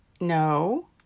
No